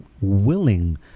willing